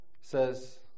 says